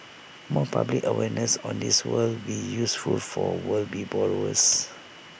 more public awareness on this would be useful for world be borrowers